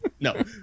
No